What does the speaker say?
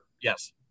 Yes